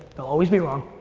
they'll always be wrong.